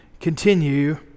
continue